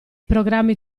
programmi